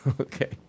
Okay